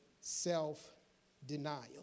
self-denial